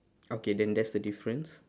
okay then that's the difference